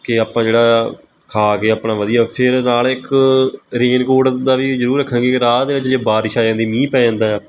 ਕਿ ਆਪਾਂ ਜਿਹੜਾ ਖਾ ਕੇ ਆਪਣਾ ਵਧੀਆ ਫਿਰ ਨਾਲ ਇੱਕ ਰੇਨਕੋਟ ਦਾ ਵੀ ਜ਼ਰੂਰ ਰੱਖਾਂਗੇ ਕਿ ਰਾਹ ਦੇ ਵਿੱਚ ਜੇ ਬਾਰਿਸ਼ ਆ ਜਾਂਦੀ ਮੀਹ ਪੈ ਜਾਂਦਾ